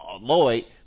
Lloyd